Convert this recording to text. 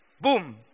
Boom